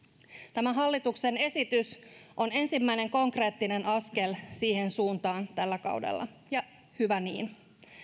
tämä hallituksen esitys on ensimmäinen konkreettinen askel siihen suuntaan tällä kaudella ja hyvä niin